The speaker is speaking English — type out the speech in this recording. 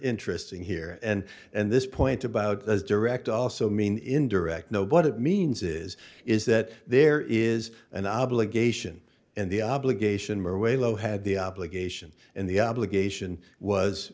interesting here and this point about as direct also mean indirect no but it means is is that there is an obligation in the obligation or way lho had the obligation and the obligation was